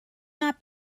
not